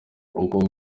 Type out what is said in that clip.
abakobwa